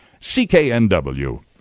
CKNW